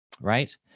Right